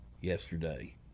yesterday